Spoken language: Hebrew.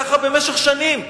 ככה במשך שנים.